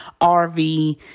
RV